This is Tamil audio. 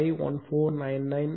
0051499 j0